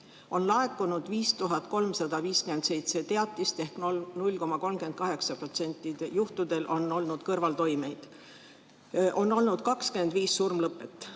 on laekunud 5357 teatist ehk 0,38% juhtudel on olnud kõrvaltoimeid. On olnud 25 surmlõpet.